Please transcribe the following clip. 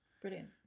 Brilliant